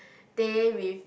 teh with